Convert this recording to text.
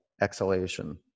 exhalation